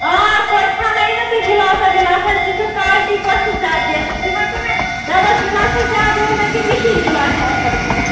آ تۄہہِ کھیاونٲیِو نا تُہۍ گِلاسا وِلاس حظ أسۍ وچھُو کالٹی کۄس چھِ زیادٕ بہتر تُہۍ ؤنتَو مےٚ ڈَبٕل گِلاس چھا زیادٕ روزان کِنہٕ مِشیٖر گِلاس چھِ اصٕل روزان